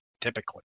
typically